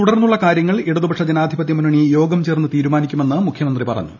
തുടർന്നുള്ള കാര്യങ്ങൾ ഇടതുപക്ഷ ജനാധിപത്യമുന്നണി യോഗം ചേർന്ന് തീരുമാനിക്കുമെന്ന് മുഖ്യമന്ത്രി പറഞ്ഞു